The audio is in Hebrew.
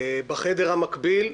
בחדר המקביל,